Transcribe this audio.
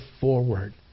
forward